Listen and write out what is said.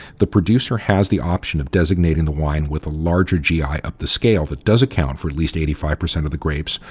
the producer has the option of designating the wine with a larger gi up the scale that does account for least eighty five percent of the grapes,